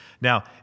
Now